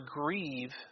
grieve